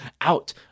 out